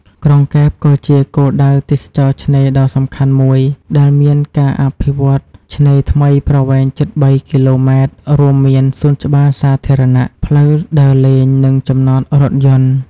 ក្រុងកែបក៏ជាគោលដៅទេសចរណ៍ឆ្នេរដ៏សំខាន់មួយ ដែលមានការអភិវឌ្ឍន៍ឆ្នេរថ្មីប្រវែងជិត ៣ គីឡូម៉ែត្រ រួមមានសួនច្បារសាធារណៈ ផ្លូវដើរលេង និងចំណត រថយន្ត។